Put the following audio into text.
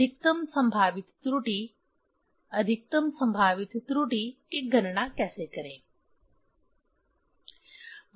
अधिकतम संभावित त्रुटि अधिकतम संभावित त्रुटि की गणना कैसे करें